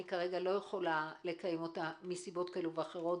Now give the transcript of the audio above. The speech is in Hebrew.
אני כרגע לא יכולה לקיים אותה מסיבות כאלה ואחרות,